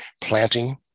planting